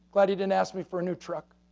glad he didn't ask me for a new truck.